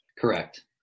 Correct